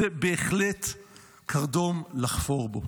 זה בהחלט קרדום לחפור בו.